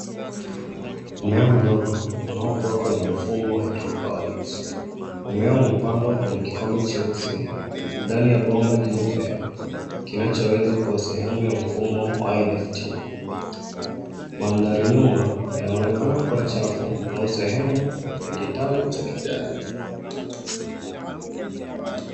Mmea mdogo unaokua kwenye mfumo wa hydroponic .Mmea umepandwa kwenye kikombe cheusi ndani ya bomba jeupe kinachoweza kuwa sehemu ya mfumo wa NFT.Mandhari nyuma yanaonekana kuwa chafu au sehemu ya kitalu cha kijani.